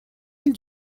îles